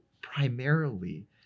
primarily